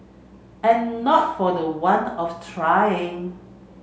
and not for the want of trying